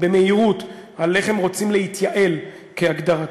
במהירות על איך הם רוצים להתייעל, כהגדרתם.